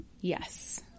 Yes